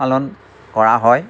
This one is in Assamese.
পালন কৰা হয়